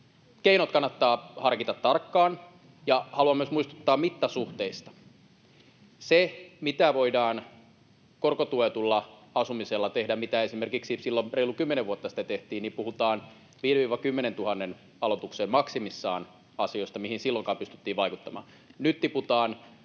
Keinot kannattaa harkita tarkkaan, ja haluan myös muistuttaa mittasuhteista. Siinä, mitä voidaan korkotuetulla asumisella tehdä, mitä esimerkiksi silloin reilu kymmenen vuotta sitten tehtiin, puhutaan maksimissaan 5 000—10 000 aloituksen asioista, mihin silloinkaan pystyttiin vaikuttamaan. Nyt tiputaan,